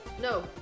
No